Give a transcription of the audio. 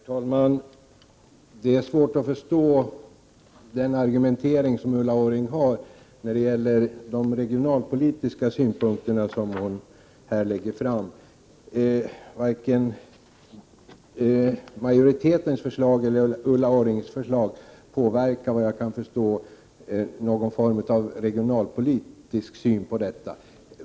Herr talman! Det är svårt att förstå Ulla Orrings argumentering när det gäller de regionalpolitiska synpunkterna. Varken majoritetens förslag eller Ulla Orrings förslag påverkar, såvitt jag kan förstå, regionalpolitiken.